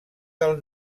del